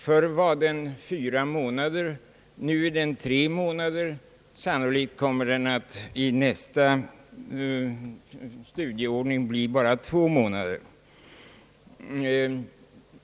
Förr var den fyra månader, nu är den tre månader, Sannolikt kommer den enligt nästa studieordning att bli bara två månader.